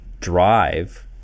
drive